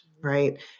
right